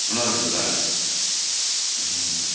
நல்லாருக்குங்குளா ம்